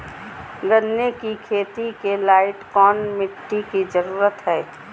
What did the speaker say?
गन्ने की खेती के लाइट कौन मिट्टी की जरूरत है?